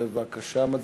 בבקשה, מצביעים.